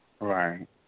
Right